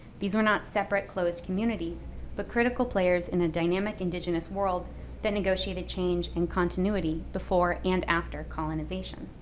these were not separate closed communities but critical players in a dynamic indigenous world that negotiated change and continuity before and after colonization.